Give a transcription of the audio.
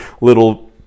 little